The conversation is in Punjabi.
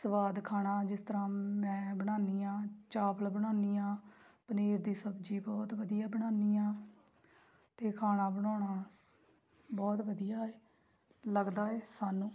ਸਵਾਦ ਖਾਣਾ ਜਿਸ ਤਰ੍ਹਾਂ ਮੈਂ ਬਣਾਉਂਦੀ ਆ ਚਾਵਲ ਬਣਾਉਂਦੀ ਆ ਪਨੀਰ ਦੀ ਸਬਜ਼ੀ ਬਹੁਤ ਵਧੀਆ ਬਣਾਉਂਦੀ ਹਾਂ ਅਤੇ ਖਾਣਾ ਬਣਾਉਣਾ ਬਹੁਤ ਵਧੀਆ ਹੈ ਲੱਗਦਾ ਹੈ ਸਾਨੂੰ